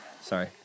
Sorry